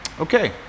Okay